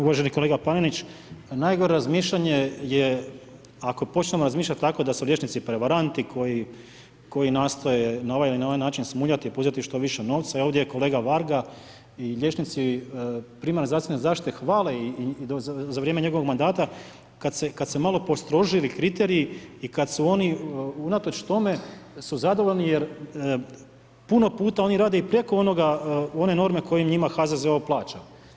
Uvaženi kolega Panenić, najgore razmišljanje je ako počnemo razmišljati tako da su liječnici prevaranti koji nastoje na ovaj ili na onaj način smuljati i … što više novca, ovdje kolega Varga i liječnici primarne zdravstvene zaštite hvale i za vrijeme njegovog mandata, kada su se malo postrožili kriteriji i kada su oni unatoč tome su zadovoljni, jer puno puta oni rade i preko onoga one norme koje njima HZZO plaća.